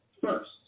first